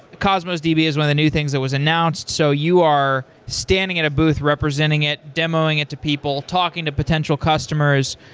cosmos db is one of the new things that was announced, so you are standing at a booth representing it, demoing it to people, talking to potential customers.